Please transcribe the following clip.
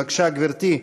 בבקשה גברתי,